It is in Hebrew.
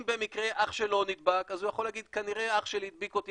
אם במקרה אח שלו נדבק אז הוא יכול להגיד: כנראה אח שלי הדביק אותי,